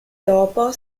dopo